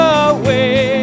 away